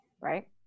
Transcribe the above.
Right